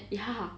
ya